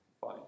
fine